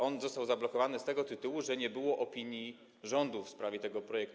On został zablokowany z tego tytułu, że nie było opinii rządu w sprawie tego projektu.